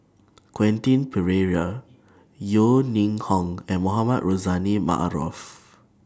Quentin Pereira Yeo Ning Hong and Mohamed Rozani Maarof